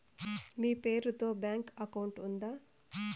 మీ పేరు తో bank account ఉందా?